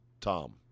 Tom